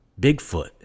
bigfoot